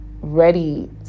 ready